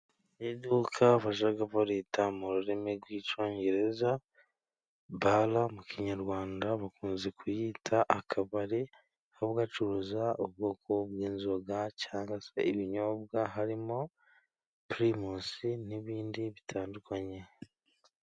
Iduka bajya bita mu rurimi rw'icyongereza bare. Mu kinyarwanda bakunze kuyita akabari gacuruza ubwoko bw'inzoga, cyane ibinyobwa harimo pirimusi n'ibindi bitandukanye.